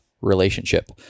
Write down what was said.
relationship